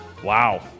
Wow